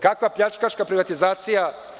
Kakva pljačkaška privatizacija?